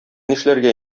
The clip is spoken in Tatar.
нишләргә